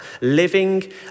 living